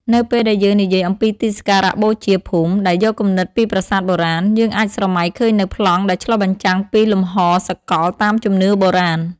នៅពេលដែលយើងនិយាយអំពីទីសក្ការៈបូជាភូមិដែលយកគំនិតពីប្រាសាទបុរាណ យើងអាចស្រមៃឃើញនូវប្លង់ដែលឆ្លុះបញ្ចាំងពីលំហសកលតាមជំនឿបុរាណ។